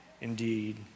indeed